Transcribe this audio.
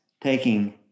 taking